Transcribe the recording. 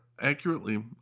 accurately